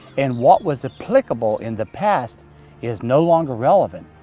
and what was applicable in the past is no longer relevant.